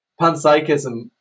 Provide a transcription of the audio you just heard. Panpsychism